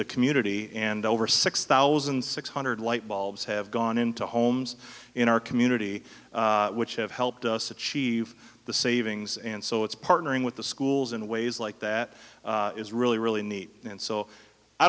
the community and over six thousand six hundred light bulbs have gone into homes in our community which have helped us achieve the savings and so it's partnering with the schools in ways like that is really really neat and so i